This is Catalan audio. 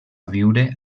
viure